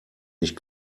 nicht